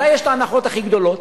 מתי יש את ההנחות הכי גדולות?